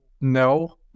no